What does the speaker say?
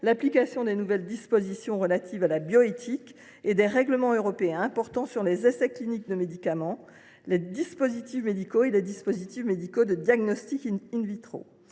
l’application des nouvelles dispositions relatives à la bioéthique, mais aussi des règlements européens portant sur les essais cliniques de médicaments, les dispositifs médicaux et les dispositifs médicaux de diagnostic . L’on